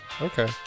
okay